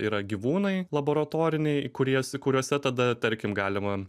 yra gyvūnai laboratoriniai į kurį es kuriuose tada tarkim galima